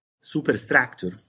superstructure